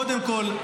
קודם כול,